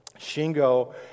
Shingo